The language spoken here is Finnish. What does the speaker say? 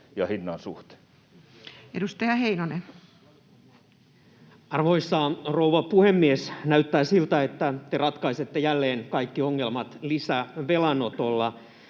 ja -hinnan suhteen. Edustaja Heinonen. Arvoisa rouva puhemies! Näyttää siltä, että te ratkaisette jälleen kaikki ongelmat lisävelanotolla.